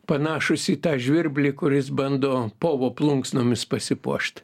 panašūs į tą žvirblį kuris bando povo plunksnomis pasipuošt